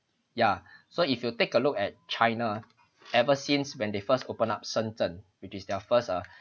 ya so if you take a look at china ever since when they first open up sun zhen which is their first ah